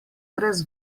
brez